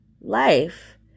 life